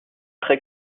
très